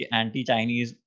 anti-Chinese